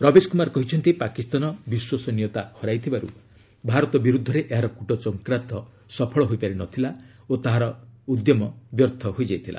ରବିଶ କୁମାର କହିଛନ୍ତି ପାକିସ୍ତାନ ବିଶ୍ୱସନୀୟତା ହରାଇଥିବାର୍ତ ଭାରତ ବିର୍ଦ୍ଧରେ ଏହାର କୃଟଚକ୍ରାନ୍ତ ସଫଳ ହୋଇପାରି ନଥିଲା ଓ ତାହାର ଉଦ୍ୟମ ବ୍ୟର୍ଥ ହୋଇଯାଇଥିଲା